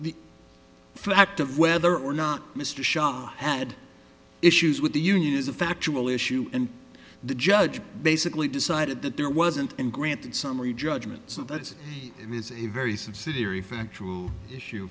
the fact of whether or not mr sharp had issues with the union is a factual issue and the judge basically decided that there wasn't and granted summary judgment so that it is a very subsidiary factual issue